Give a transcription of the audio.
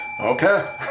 Okay